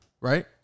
right